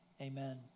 Amen